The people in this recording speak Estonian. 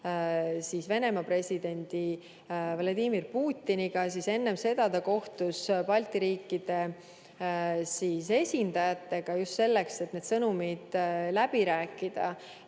Venemaa presidendi Vladimir Putiniga, siis enne seda ta kohtus Balti riikide esindajatega – just selleks, et need sõnumid läbi rääkida